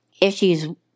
issues